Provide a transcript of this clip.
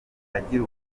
agira